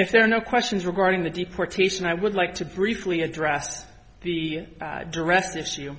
if there are no questions regarding the deportation i would like to briefly address the direct issue